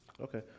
Okay